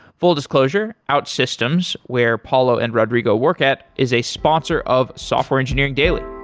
full disclosure outsystems, where paulo and rodridgo work at, is a sponsor of software engineering daily.